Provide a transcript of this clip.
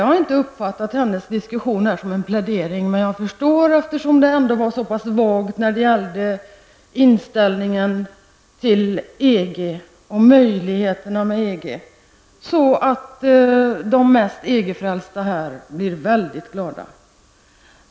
Jag har inte uppfattat hennes diskussion här som en plädering för EG-medlemskap, men den var ändå så vag när det gällde inställningen till EG och uppfattningen om möjligheterna med EG att de mest EG-frälsta här blev väldigt glada.